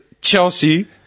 Chelsea